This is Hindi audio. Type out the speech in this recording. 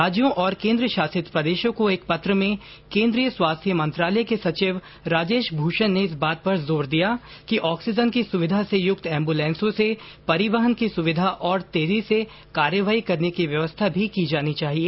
राज्यों और केन्द्र शासित प्रदेशों को एक पत्र में केन्द्रीय स्वास्थ्य मंत्रालय के सचिव राजेश भूषण ने इस बात पर जोर दिया है कि ऑक्सीजन की सुविधा से युक्त एम्बुलेंसों से परिवहन की सुविधा और तेजी से कार्रवाई करने की व्यवस्था भी की जानी चाहिए